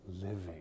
living